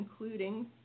including